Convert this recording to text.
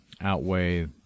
outweigh